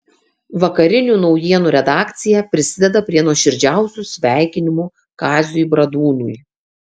vakarinių naujienų redakcija prisideda prie nuoširdžiausių sveikinimų kaziui bradūnui